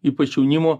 ypač jaunimo